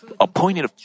Appointed